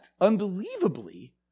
unbelievably